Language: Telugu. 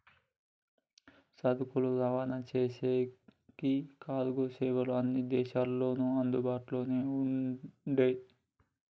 సరుకులు రవాణా చేసేకి కార్గో సేవలు అన్ని దేశాల్లోనూ అందుబాటులోనే ఉండే